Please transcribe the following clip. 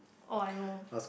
oh I know